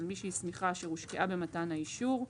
מי שהסמיכה אשר הושקעה במתן האישור,